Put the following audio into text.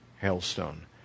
hailstone